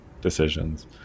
decisions